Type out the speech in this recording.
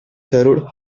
served